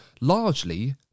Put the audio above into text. largely